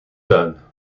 tuin